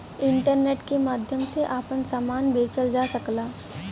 internet के माध्यम से आपन सामान बेचल जा सकला